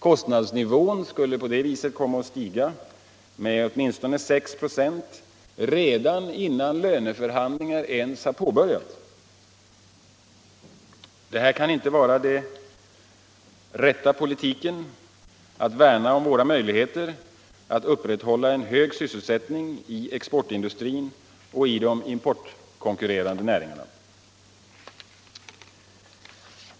Kostnadsnivån skulle på det viset komma att stiga med 6 946 redan innan löneförhandlingar ens har påbörjats. Det kan inte vara den rätta politiken för att värna om våra möjligheter att upprätthålla en hög sysselsättning i exportindustrin och de importkonkurrerande näringarna.